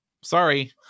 sorry